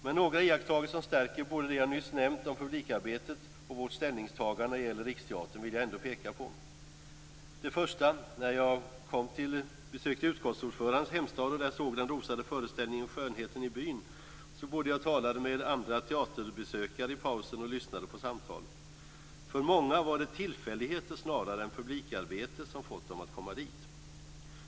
Men några iakttagelser som stärker både det jag nyss nämnde om publikarbetet och vårt ställningstagande när det gäller Riksteatern vill jag ändå peka på. Den första: När jag besökte utskottsordförandens hemstad och där såg den rosade föreställningen Skönheten i byn, både talade jag med andra teaterbesökare och lyssnade på samtal under pausen. För flera var det tillfälligheter snarare än publikarbete som fått dem att komma dit.